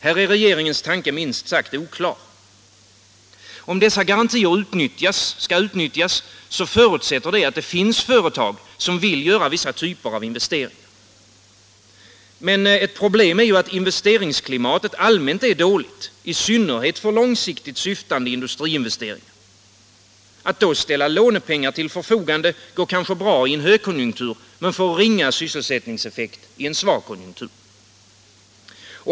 Här är regeringens tanke minst sagt oklar. Om dessa garantier skall utnyttjas förutsätter det att det finns företag som vill göra vissa typer av investeringar. Men problemet är ju att investeringsklimatet allmänt är dåligt, i synnerhet för långsiktigt syftande industriinvesteringar. Att ställa lånepengar till förfogande går kanske bra i högkonjunktur men får ringa effekt i en svag konjunktur.